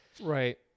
Right